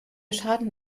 schaden